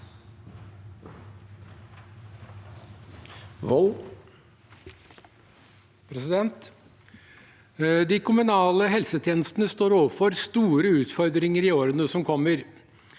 De kommunale hel- setjenestene står overfor store utfordringer i årene som kommer.